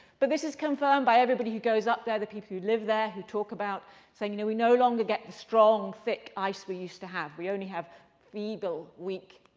but this is confirmed by everybody who goes up there, the people who live there, who talk about saying you know we no longer get the strong, thick ice we used to have. we only have feeble, weak,